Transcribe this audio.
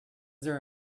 there